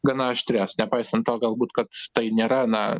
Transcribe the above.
gana aštrias nepaisant to galbūt kad tai nėra na